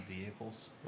vehicles